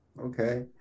Okay